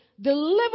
deliver